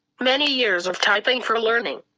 many years of typing for learning.